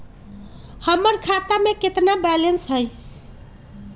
हमर खाता में केतना बैलेंस हई?